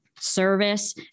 service